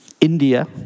India